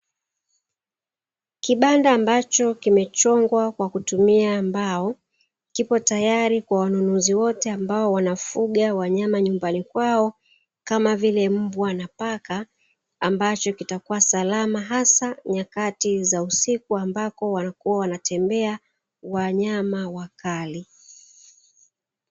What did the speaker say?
Kibanda ambacho kimechongwa kwa kutumia mbao, kipo tayari kwa wanunuzi wote ambao wanafuga wanyama nyumbani kwao, kama vile mbwa na paka; ambacho kitakuwa salama hasa nyakati za usiku ambapo wanakuwa wanatembea wanyama wakali.